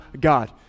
God